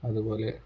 അതുപോലെ